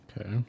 Okay